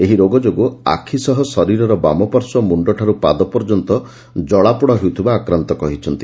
ଏହି ରୋଗ ଯୋଗୁଁ ଆଖି ସହ ଶରୀରର ବାମପାର୍ଶ୍ୱ ମୁଶ୍ଡଠାରୁ ପାଦ ପର୍ଯ୍ୟନ୍ତ ଜଳାପୋଡ଼ା ହେଉଥିବା ଆକ୍ରାନ୍ତ କହିଛନ୍ତି